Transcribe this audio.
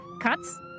cuts